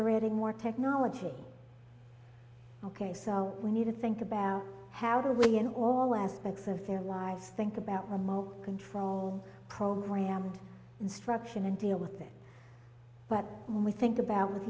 are reading more technology ok so we need to think about how do we in all aspects of their lives think about remote control program and instruction and deal with that but when we think about with